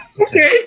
Okay